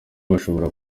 bashobora